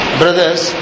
brothers